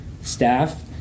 staff